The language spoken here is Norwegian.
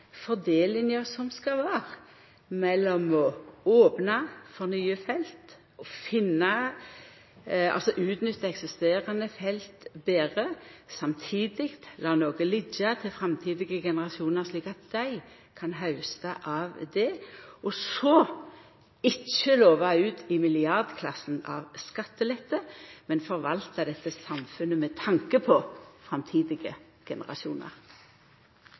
fordelinga som skal vera mellom å opna for nye felt og utnytta eksisterande felt betre, samtidig som vi lèt noko liggja til framtidige generasjonar, slik at dei kan hausta av det. Så har vi ikkje lova skattelette i milliardkronersklassen, men forvalta dette samfunnet med tanke på framtidige